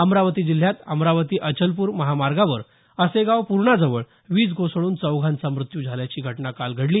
अमरावती जिल्ह्यात अमरावती अचलपूर महामार्गावर असेगाव पूर्णाजवळ वीज कोसळून चौघांचा मृत्यू झाल्याची घटना काल घडली